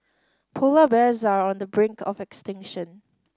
polar bears are on the brink of extinction